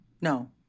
no